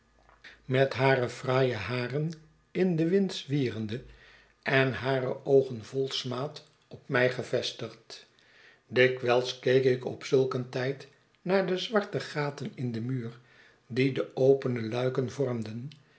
met hare fraaie haren in den wind zwierende en hare oogen vol smaad op mij gevestigd dikwijls keek ik op zulk een tijd naar de zwarte gaten in den muur die de opene luiken vormden